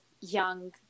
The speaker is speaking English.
young